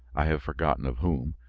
i have forgotten of whom,